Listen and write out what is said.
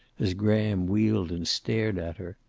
as graham wheeled and stared at her.